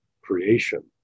creation